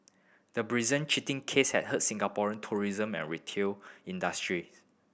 the brazen cheating case had hurt Singapore tourism and retail industry